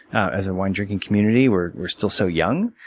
as a wine drinking community, we're we're still so young.